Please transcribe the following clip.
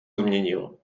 změnil